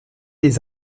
des